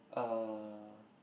eh